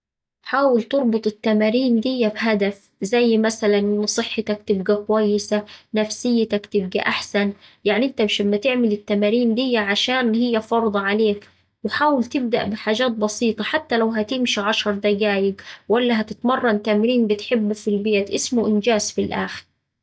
حاول تربط التمارين دية بهدف زي مثلا إن صحتك تبقا كويسة نفسيتك تبقا أحسن، يعني أنت مش أما تعمل التمارين دية عشان هي فرض عليك، وحاول تبدأ بحاجات بسيطة حتى لو هتمشي عشر دقايق ولا هتتمرن تمرين بتحبه في البيت، اسمه إنجاز في الآخر.